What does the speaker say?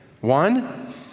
One